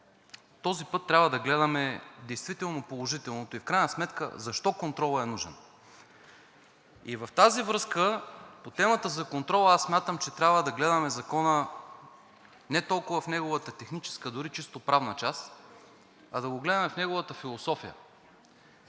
този път трябва да гледаме действително положителното и в крайна сметка защо контролът е нужен. В тази връзка по темата за контрола аз смятам, че трябва да гледаме Закона не толкова в неговата техническа, дори чисто правна част, а да го гледаме в неговата философия.